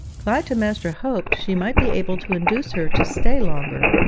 clytemnestra hoped she might be able to induce her to stay longer,